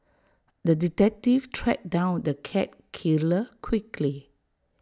the detective tracked down the cat killer quickly